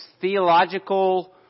theological